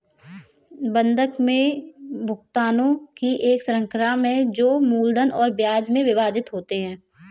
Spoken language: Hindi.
बंधक में भुगतानों की एक श्रृंखला में जो मूलधन और ब्याज में विभाजित होते है